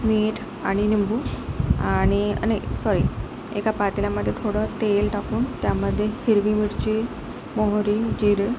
मीठ आणि निंबू आणि नाही सॉरी एका पातेल्यामधे थोडं तेल टाकून त्यामध्ये हिरवी मिरची मोहरी जिरे